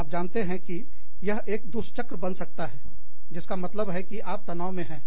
यह आपके लिए एक कारण हो सकता है मेरा मतलब यह एक आप जानते हैं कि यह एक दुष्चक्र बन सकता है जिसका मतलब है कि आप तनाव में हैं